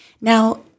Now